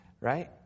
Right